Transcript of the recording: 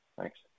Thanks